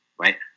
right